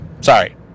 Sorry